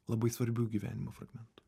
labai svarbių gyvenimo fragmentų